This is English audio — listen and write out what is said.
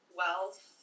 wealth